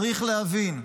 צריך להבין,